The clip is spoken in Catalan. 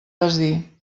desdir